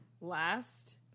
Last